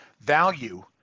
value